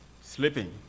Sleeping